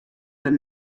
der